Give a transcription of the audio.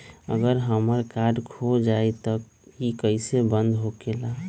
अगर हमर कार्ड खो जाई त इ कईसे बंद होकेला?